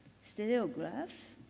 stereograph,